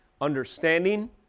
understanding